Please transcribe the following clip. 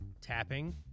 tapping